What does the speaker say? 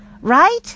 right